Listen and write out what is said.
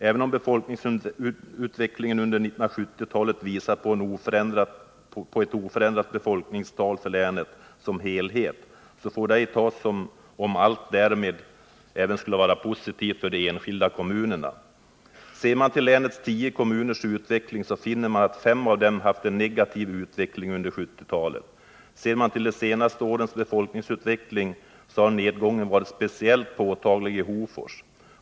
Även om befolkningsutvecklingen under 1970-talet visar på ett oförändrat befolkningstal för länet som helhet, får detta inte tas som ett tecken på att allt därmed skulle vara positivt även för de enskilda kommunerna. Ser man till länets tio kommuners utveckling, finner man att fem av dem haft en negativ utveckling under 1970-talet. Ser man till de senaste årens befolkningsutveckling, finner man att nedgången varit speciellt påtaglig i Hofors.